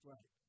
Right